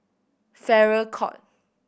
Farrer Court